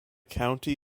county